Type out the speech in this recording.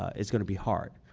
its going to be hard